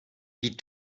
wie